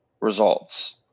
results